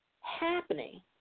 happening